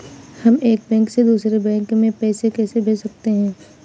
हम एक बैंक से दूसरे बैंक में पैसे कैसे भेज सकते हैं?